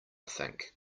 think